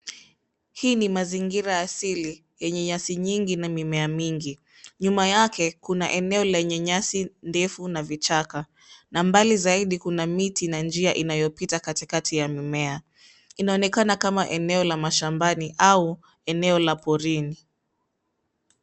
Hii ni mazingira hasili yenye nyasi nyingi na mimea mingi nyuma yake kuna eneo lenye nyasi ndefu na vichaka na mbali zaidi kuna miti na njia inayopita katikati ya mimea inaonekana kama eneo la mashambani au eneo la porini.